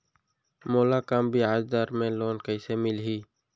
मोला कम ब्याजदर में लोन कइसे मिलही?